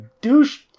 douche